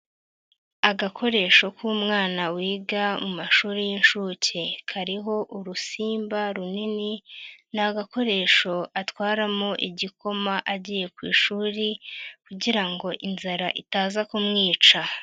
Agakoresho k'umwana wiga mu mashuri y'inshuke, kariho urusimba runini ni agakoresho atwaramo igikoma agiye ku ishuri kugira ngo inzara itaza kumwica.